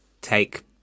take